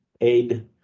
aid